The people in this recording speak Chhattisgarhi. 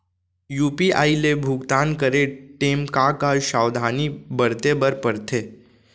यू.पी.आई ले भुगतान करे टेम का का सावधानी बरते बर परथे